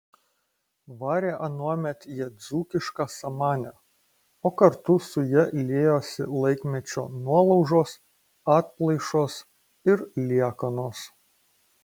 varė anuomet jie dzūkišką samanę o kartu su ja liejosi laikmečio nuolaužos atplaišos ir liekanos